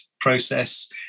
process